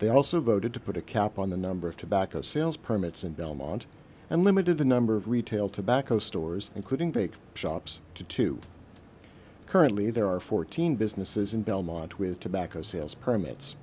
they also voted to put a cap on the number of tobacco sales permits in belmont and limited the number of retail tobacco stores including bake shops to two currently there are fourteen businesses in belmont with tobacco sales permits